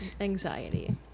Anxiety